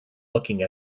looking